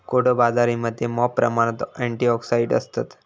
कोडो बाजरीमध्ये मॉप प्रमाणात अँटिऑक्सिडंट्स असतत